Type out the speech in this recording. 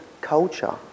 culture